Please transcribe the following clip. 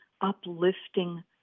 uplifting